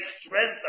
strength